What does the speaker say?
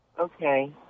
Okay